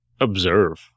observe